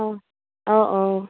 অঁ অঁ অঁ